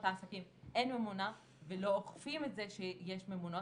אין ממונה ולא אוכפים את זה שיהיו ממונות,